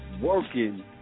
working